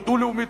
לא דו-לאומית,